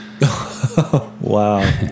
Wow